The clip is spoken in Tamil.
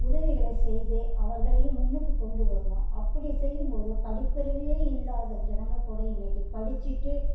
உதவிகளை செய்து அவர்களையும் முன்னுக்குக் கொண்டு வரணும் அப்படி செய்யும்போது படிப்பறிவே இல்லாத ஜனங்கள் கூட இன்றைக்கி படித்துட்டு